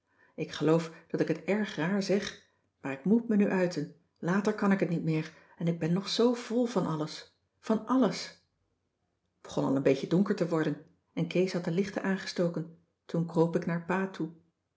ik geloof dat ik het erg raar zeg maar ik moet me nu uiten later kan ik het niet meer en ik ben nog zoo vol van alles van alles t begon al een beetje donker te worden en kees had de lichten aangestoken toen kroop ik naar pa toe